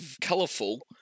colourful